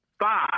five